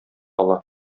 ала